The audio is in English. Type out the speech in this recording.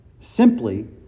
simply